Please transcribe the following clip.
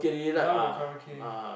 now got Karaoke